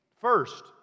First